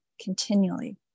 continually